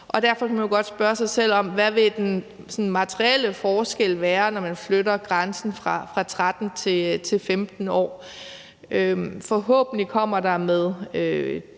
derfor kunne man jo godt spørge sig selv, hvad den sådan materielle forskel ville være, når man flytter grænsen fra 13 år til 15 år. Forhåbentlig kommer der med